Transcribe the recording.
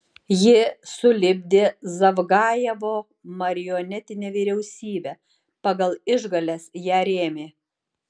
ji sulipdė zavgajevo marionetinę vyriausybę pagal išgales ją rėmė